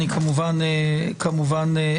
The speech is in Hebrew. אני כמובן אקצר,